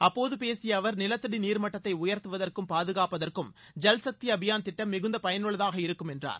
அப்போது பேசிய அவர் நிலத்தடி நீர் மட்டத்தை உயர்த்துவதற்கும் பாதுகாப்பதற்கும் ஜல் சக்தி அபியான் திட்டம் மிகுந்த பயனுள்ளதாக இருக்கும் என்றார்